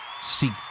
Seek